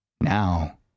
Now